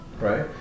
right